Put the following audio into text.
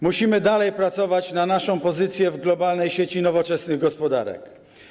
Musimy dalej pracować na naszą pozycję w globalnej sieci nowoczesnych gospodarek.